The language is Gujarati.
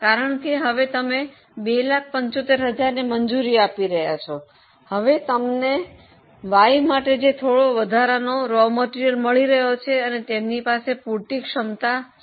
કારણ કે હવે તમે 275000 ને મંજૂરી આપી રહ્યાં છો હવે તમને Y માટે થોડોક વધારાનો કાચો માલ મળી રહ્યો છે અને તેમની પાસે પૂરતી ક્ષમતા છે